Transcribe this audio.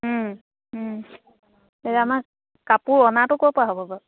এই আমাৰ কাপোৰ অনাটো ক'ৰ পৰা হ'ব বাৰু